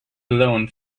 alone